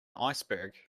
iceberg